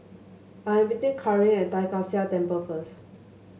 I am meeting Caryn at Tai Kak Seah Temple first